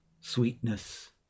sweetness